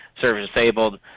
service-disabled